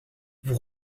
vous